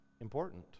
important